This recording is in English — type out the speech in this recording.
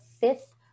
fifth